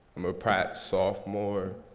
i'm a pratt sophomore.